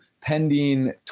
pending